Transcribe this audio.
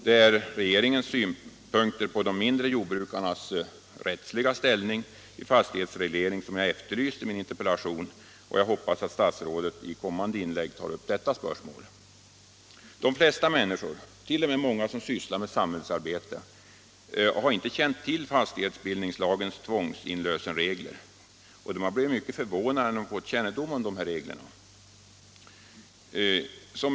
Det är regeringens synpunkter på den mindre jordbrukarens rättsliga ställning vid fastighetsreglering som jag efterlyst i min interpellation, och jag hoppas att statsrådet i kommande inlägg tar upp detta spörsmål. De flesta människor — t.o.m. många som sysslar med samhällsarbete — har ej känt till fastighetsbildningslagens tvångsinlösensregler, och de har blivit mycket förvånade när de fått kännedom om dessa regler.